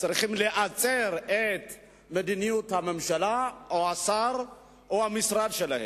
צריכים להצר את צעדיהם של הממשלה במדיניותה או של השר או של המשרד שלהם.